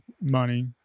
money